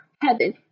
heaven